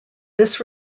this